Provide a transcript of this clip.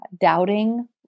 doubting